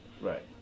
Right